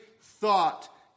thought